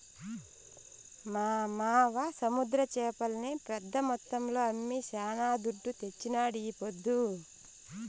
మా మావ సముద్ర చేపల్ని పెద్ద మొత్తంలో అమ్మి శానా దుడ్డు తెచ్చినాడీపొద్దు